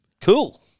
Cool